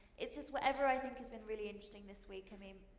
it's just whatever i think has been really interesting this week, i mean.